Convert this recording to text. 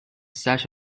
sash